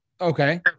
Okay